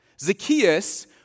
Zacchaeus